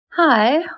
Hi